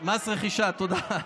מס רכישה, תודה.